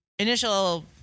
Initial